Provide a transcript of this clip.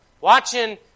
watching